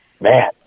man